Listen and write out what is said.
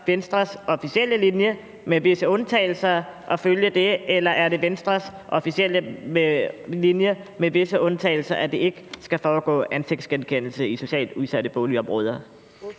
Venstres officielle linje med visse undtagelser at følge det? Eller er det Venstres officielle linje med visse undtagelser, at der ikke skal være ansigtsgenkendelse i socialt udsatte boligområder?